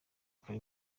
kari